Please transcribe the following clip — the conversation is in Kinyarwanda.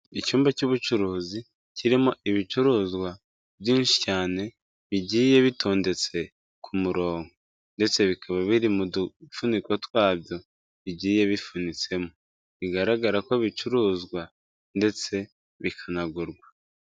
Icyumba cy'ubucuruzi, kirimo ibicuruzwa byinshi cyane bigiye bitondetse ku murongo ndetse bikaba biri mu dufuniko twabyo bigiye bifunitsemo, bigaragara ko bicuruzwa ndetse bikanagurwa.